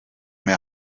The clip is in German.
mehr